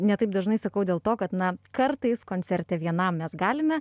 ne taip dažnai sakau dėl to kad na kartais koncerte vienam mes galime